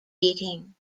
beating